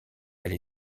elle